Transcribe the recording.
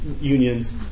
unions